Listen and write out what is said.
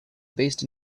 based